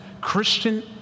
Christian